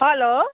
hello